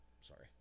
Sorry